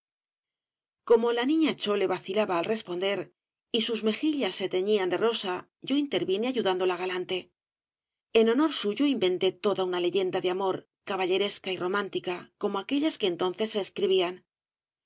como la niña chole vacilaba al responder y sus mejillas se teñían de rosa yo intervine ayudándola galante en honor suyo inventé toda una leyenda de amor caballeresca y romántica como aquellas que entonces se escribían